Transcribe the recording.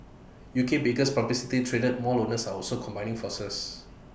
UK's biggest publicly traded mall owners are also combining forces